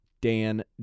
Dan